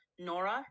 Nora